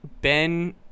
Ben